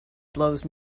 blows